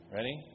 Ready